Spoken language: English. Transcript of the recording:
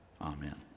Amen